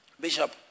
Bishop